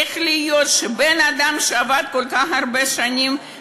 איך יכול להיות שבן-אדם שעבד כל כך הרבה שנים,